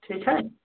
ठीक है